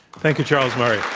thank you, charles murray.